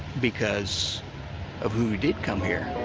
because of who did come here.